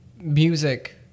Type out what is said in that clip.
music